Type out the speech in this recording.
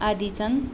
आदि छन्